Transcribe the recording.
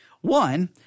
One